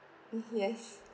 uh yes